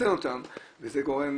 וליחצן אותם וזה גורם